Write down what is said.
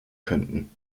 könnten